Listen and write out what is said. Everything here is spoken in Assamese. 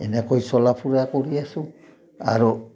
এনেকৈ চলা ফুৰা কৰি আছোঁ আৰু